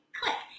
click